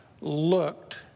looked